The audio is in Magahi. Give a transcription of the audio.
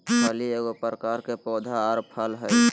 फली एगो प्रकार के पौधा आर फल हइ